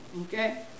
okay